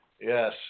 Yes